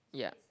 ya